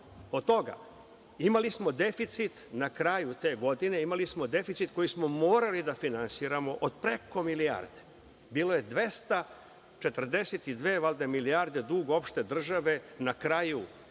Od toga imali smo deficit na kraju te godine, imali smo deficit koji smo morali da finansiramo od preko milijarde. Bilo je 242 milijarde dug opšte države na kraju